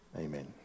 Amen